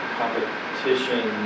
competition